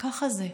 ככה זה.